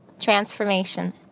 transformation